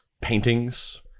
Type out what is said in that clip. paintings